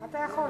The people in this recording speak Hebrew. אתה יכול.